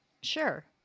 Sure